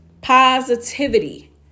positivity